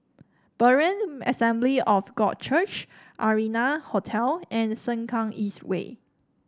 Berean Assembly of God Church Arianna Hotel and the Sengkang East Way